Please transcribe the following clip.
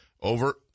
over